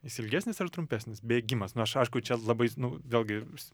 jis ilgesnis ar trumpesnis bėgimas nu aš aišku čia labai nu vėlgi s